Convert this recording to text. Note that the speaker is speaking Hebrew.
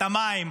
המים,